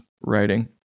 writing